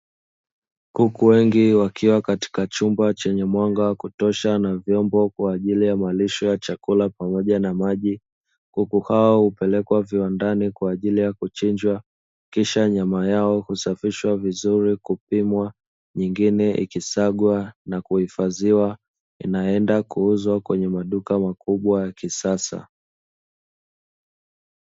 Kuku wengi wakiwa katika chumba chenye mwanga wa kutosha na vyombo kwa ajili ya malisho ya chakula pamoja na maji, kuku hao hupelekwa viwandani kwa ajili ya kuchinjwa kisha nyama yao husafishwa vizuri kupimwa nyingine ikisagwa na kuifadhiwa, inaenda kuuzwa kwenye maduka makubwa ya kisasa.